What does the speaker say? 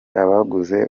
abaguze